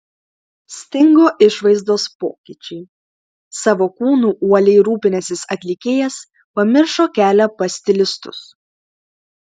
stingo išvaizdos pokyčiai savo kūnu uoliai rūpinęsis atlikėjas pamiršo kelią pas stilistus